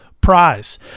prize